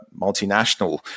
multinational